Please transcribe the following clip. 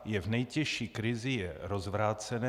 Je v nejtěžší krizi, je rozvrácené.